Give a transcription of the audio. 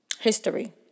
history